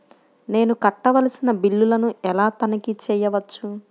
నేను కట్టవలసిన బిల్లులను ఎలా తనిఖీ చెయ్యవచ్చు?